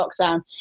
lockdown